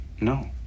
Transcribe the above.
No